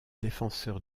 défenseur